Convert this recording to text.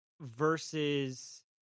versus